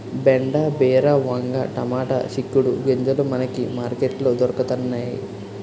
బెండ బీర వంగ టమాటా సిక్కుడు గింజలు మనకి మార్కెట్ లో దొరకతన్నేయి